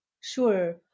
Sure